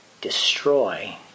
destroy